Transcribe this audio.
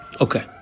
Okay